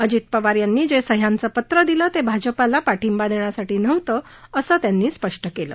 अजित पवार यांनी जे सह्याचं पत्र दिलं ते भाजपाला पाठिंबा देण्यासाठी नव्हतं असं त्यांनी स्पष् केलं